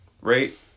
Right